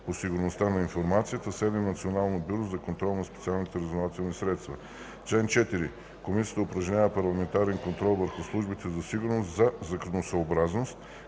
по сигурността на информацията (ДКСИ); 7. Националното бюро за контрол на специалните разузнавателни средства (НБКСРС). Чл. 4. Комисията упражнява парламентарен контрол върху службите за сигурност за законосъобразност,